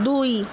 দুই